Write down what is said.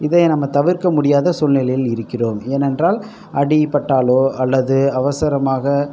இதை நாம் தவிர்க்க முடியாத சூழ்நிலையில் இருக்கிறோம் ஏனென்றால் அடிபட்டாலோ அல்லது அவசரமாக